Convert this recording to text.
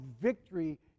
victory